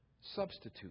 substitute